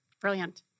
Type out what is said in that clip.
Brilliant